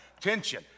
tension